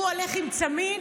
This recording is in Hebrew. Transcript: הוא הולך עם צמיד